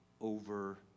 over